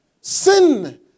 sin